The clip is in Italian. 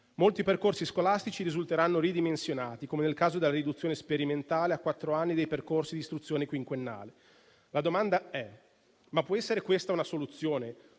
Molti percorsi scolastici risulteranno ridimensionati, come nel caso della riduzione sperimentale a quattro anni dei percorsi d'istruzione quinquennale. La domanda è: può essere questa una soluzione?